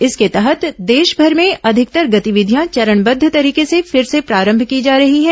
इसके तहत देशभर में अधिकतर गतिविधियां चरणबद्ध तरीके से फिर से प्रारंभ की जा रही हैं